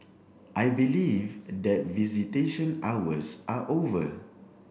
I believe that visitation hours are over